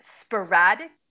sporadic